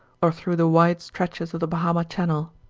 or through the wide stretches of the bahama channel.